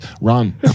Run